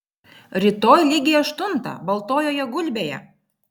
rytoj lygiai aštuntą baltojoje gulbėje